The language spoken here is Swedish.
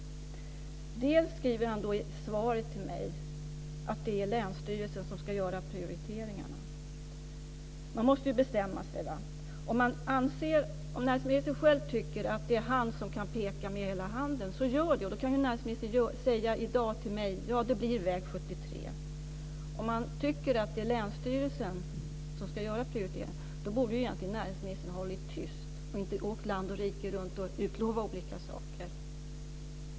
Dels skriver han i svaret till mig att det är länsstyrelsen som ska göra prioriteringarna. Man måste ju bestämma sig. Om näringsministern själv tycker att det är han som kan peka med hela handen, så gör det. Då kan ju näringsministern säga till mig i dag: Ja, det blir väg 73. Om han tycker att det är länsstyrelsen som ska göra prioriteringarna, då borde egentligen näringsministern ha hållit tyst och inte åkt land och rike runt och utlovat olika saker.